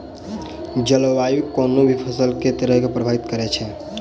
जलवायु कोनो भी फसल केँ के तरहे प्रभावित करै छै?